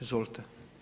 Izvolite.